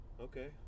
Okay